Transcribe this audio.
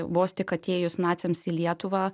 vos tik atėjus naciams į lietuvą